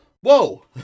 Whoa